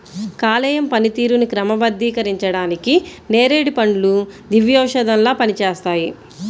కాలేయం పనితీరుని క్రమబద్ధీకరించడానికి నేరేడు పండ్లు దివ్యౌషధంలా పనిచేస్తాయి